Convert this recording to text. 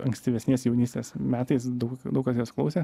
ankstyvesnės jaunystės metais daug daug kas jos klausė